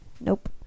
Nope